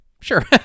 Sure